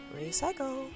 recycle